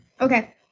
Okay